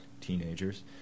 teenagers